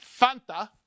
Fanta